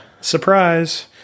Surprise